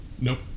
nope